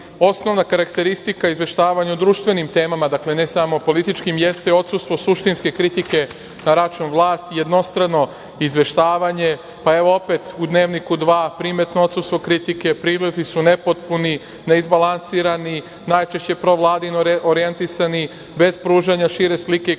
osnovna karakteristika izveštavanja o društvenim temama, dakle, ne samo o političkim, jeste odsustvo suštinske kritike na račun vlasti, jednostrano izveštavanje, pa evo opet u Dnevniku 2 primetno odsustvo kritike. Prilozi su nepotpuni, neizbalansirani, najčešće provladino orijentisani, bez pružanja šire slike i konteksta